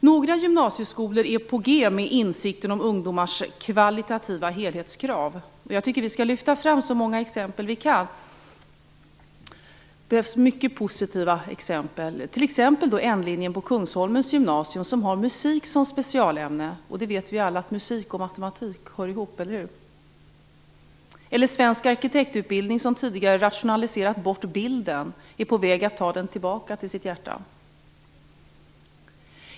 Några gymnasieskolor är på gång med insikten om ungdomars kvalitativa helhetskrav. Jag tycker att vi skall lyfta fram så många exempel vi kan. Det behövs många positiva exempel. N-linjen på Kungsholmens gymnasium har t.ex. musik som specialämne. Och alla vet ju att musik och matematik hör ihop - eller hur? Svensk arkitektutbildning har tidigare rationaliserat bort bilden, men är nu på väg att ta den tillbaka till sitt hjärta.